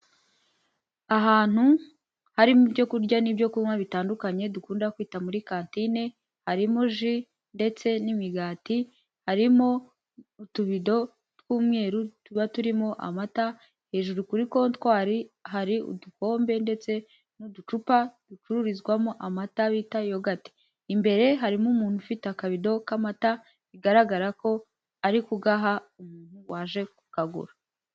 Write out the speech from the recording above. Ahantu harimo ibyo kurya n'ibyo kunywa bitandukanye dukunda kwita muri kantine, harimo ji ndetse n'imigati, harimo utubido tw'umweru tuba turimo amata, hejuru kuri kontwari hari udukombe ndetse n'uducupa ducururizwamo amata bita yogati. Imbere harimo umuntu ufite akabido k'amata, bigaragara ko ari kugaha umuntu waje kukagura.